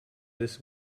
this